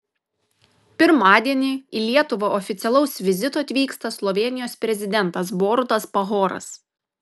pirmadienį į lietuvą oficialaus vizito atvyksta slovėnijos prezidentas borutas pahoras